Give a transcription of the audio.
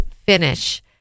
finish